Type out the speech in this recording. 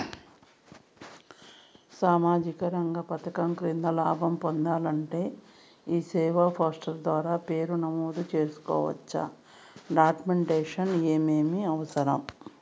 సామాజిక రంగ పథకం కింద లాభం పొందాలంటే ఈ సేవా పోర్టల్ ద్వారా పేరు నమోదు సేసుకోవచ్చా? డాక్యుమెంట్లు ఏమేమి అవసరం?